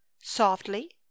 softly